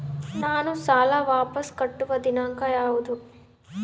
ನಾನು ಸಾಲ ವಾಪಸ್ ಕಟ್ಟುವ ದಿನಾಂಕ ಯಾವುದು?